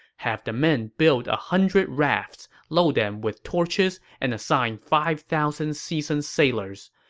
have the men build a hundred rafts, load them with torches, and assign five thousand seasoned sailors.